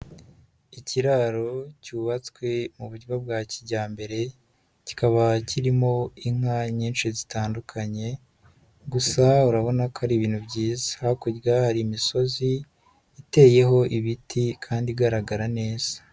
Ikiraro cyubatswe mu buryo bwa kijyambere, kikaba kirimo inka nyinshi zitandukanye, gusa urabona ko ari ibintu byiza, hakurya hari imisozi iteyeho ibiti kandi igaragara neza.